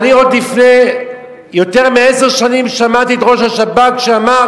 עוד לפני יותר מעשר שנים שמעתי את ראש השב"כ שאמר